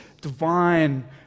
divine